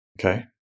Okay